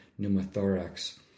pneumothorax